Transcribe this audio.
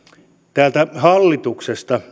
täältä hallituksesta